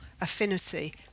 affinity